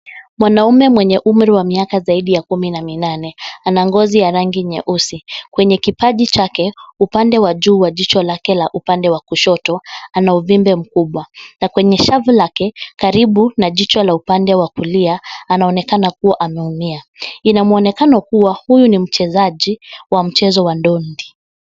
Mwanaume mwenye umri zaidi ya kumi na minane ana ngozi ya rangi nyeusi. Kwenye kipaji chake, upande wa juu wa jicho lake la upande wa kushoto ana uvimbe mkubwa. Na kwenye shavu lake karibu na jicho lake upande wa kulia anaonekana kama ameumia. Inamwonekano kuwa huyu ni mchezaji wa mchezo wa ndondi.